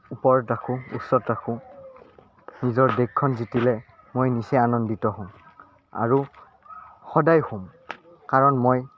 ওপৰত ৰাখোঁ ওচৰত ৰাখোঁ নিজৰ দেশখন জিকিলে মই নিচেই আনন্দিত হওঁ আৰু সদায় হ'ম কাৰণ মই